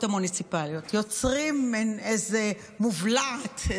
המוניציפליות יוצרים איזה מובלעת,